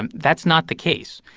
and that's not the case.